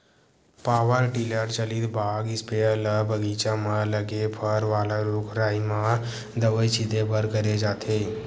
power tiller चलित बाग sprayer ल बगीचा म लगे फर वाला रूख राई म दवई छिते बर करे जाथे